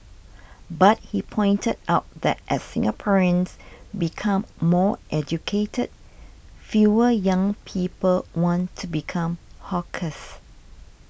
but he pointed out that as Singaporeans become more educated fewer young people want to become hawkers